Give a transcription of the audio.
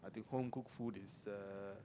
I think homecooked food is a